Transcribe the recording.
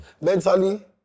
mentally